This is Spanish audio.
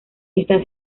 está